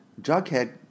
Jughead